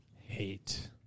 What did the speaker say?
hate